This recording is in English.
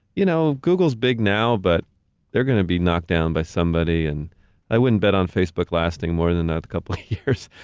you know, google's big now, but they're gonna be knocked down by somebody and i wouldn't bet on facebook lasting more than a couple years.